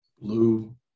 blue